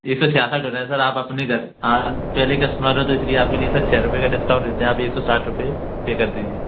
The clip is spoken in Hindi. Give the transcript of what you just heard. एक सौ छियासठ हो रहे हैं सर आप अपने घर हाँ आप पहले कस्टमर हो तो इसलिए आपके लिए छः रूपये का डिस्कॉउंट देते हैं आप एक सौ साठ रूपये पे कर दीजिए